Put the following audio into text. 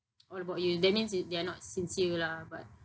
what about you that means it they are not sincere lah but